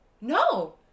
No